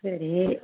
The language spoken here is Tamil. சரி